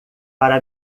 para